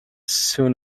soon